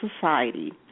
society